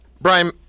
Brian